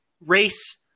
race